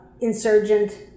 insurgent